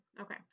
Okay